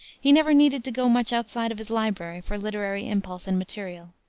he never needed to go much outside of his library for literary impulse and material.